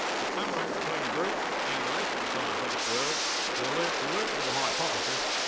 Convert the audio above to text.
but somewhere in between bruce and the rest of the scientific world there lurks a workable hypothesis,